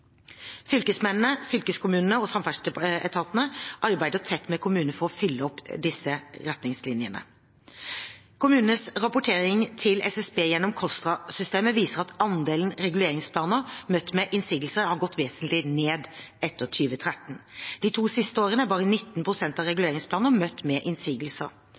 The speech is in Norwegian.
Fylkesmennene, fylkeskommunene og samferdselsetatene arbeider tett med kommunene for å følge opp retningslinjene. Kommunenes rapportering til SSB gjennom KOSTRA-systemet viser at andelen reguleringsplaner møtt med innsigelse har gått vesentlig ned etter 2013. De to siste årene er bare 19 pst. av reguleringsplanene møtt med innsigelse. Andelen arealplaner på kommuneplannivå som er møtt med